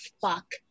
fuck